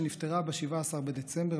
ונפטרה ב-17 בדצמבר,